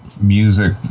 music